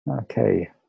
Okay